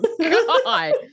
God